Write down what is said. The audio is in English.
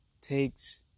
takes